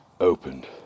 opened